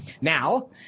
Now